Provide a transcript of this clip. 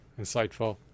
insightful